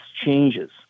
changes